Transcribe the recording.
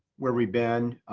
where we've been,